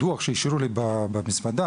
בדוח שהשאירו לי במזוודה,